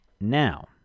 Now